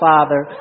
Father